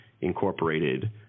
incorporated